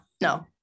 no